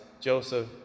Joseph